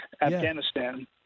Afghanistan